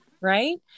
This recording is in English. Right